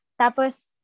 Tapos